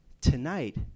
tonight